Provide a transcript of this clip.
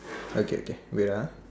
okay okay wait lah